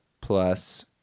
plus